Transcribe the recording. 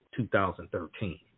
2013